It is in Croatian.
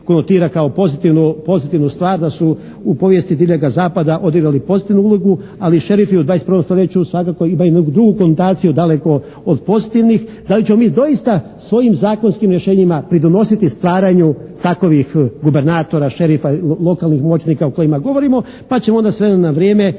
da su u povijesti Divljega zapada odigrali pozitivnu ulogu, ali šerifi u 21. stoljeću svakako imaju jednu drugu konotaciju daleko od pozitivnih. Da li ćemo mi doista svojim zakonskim rješenjima pridonositi stvaranju takovih gubernatora, šerifa, lokalnih moćnika o kojima govorimo pa ćemo onda s vremena na vrijeme